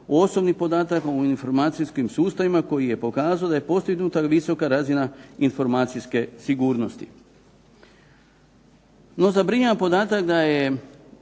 osobni podataka u informacijskim sustavima koji je pokazao da je postignuta visoka razina informacijske sigurnosti. No zabrinjava podatak da je